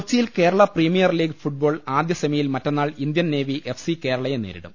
കൊച്ചിയിൽ Kerala premier league football ആദ്യ semi യിൽ മറ്റന്നാൾ ഇന്ത്യൻ നേവി എഫ്സി കേരളയെ നേരിടും